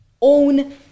own